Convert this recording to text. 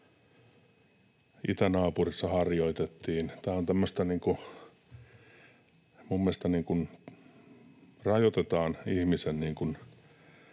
itänaapurissa harjoitettiin. Tämä on tämmöistä, että mielestäni niin kuin rajoitetaan ihmisen